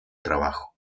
trabajo